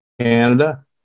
Canada